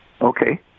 Okay